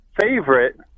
favorite